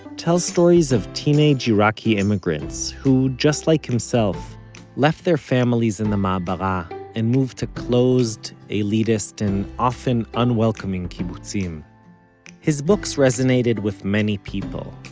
tell stories of teenage iraqi immigrants, who just like himself left their families in the ma'abara ah but and moved to closed, elitist and often unwelcoming kibbutzim his books resonated with many people,